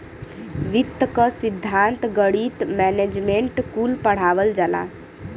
वित्त क सिद्धान्त, गणित, मैनेजमेंट कुल पढ़ावल जाला